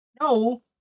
no